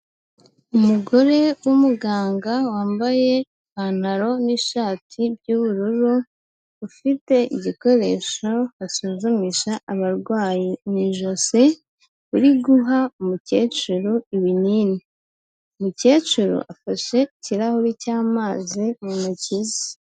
Umugore w'umuganga wambaye ipantaro n'ishati by'ubururu, ufite igikoresho basuzumisha abarwayi mu ijosi, uri guha umukecuru ibinini, umukecuru afashe ikirahuri cy'amazi mu ntoki ze.